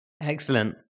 Excellent